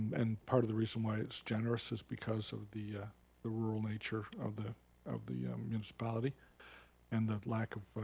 and part of the reason why it's generous is because of the the rural nature of the of the municipality and that lack of,